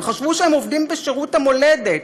הם חשבו שהם עובדים בשירות המולדת,